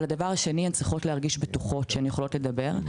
שנית, הן צריכות להרגיש בטוחות שהן יכולות לדבר.